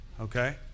Okay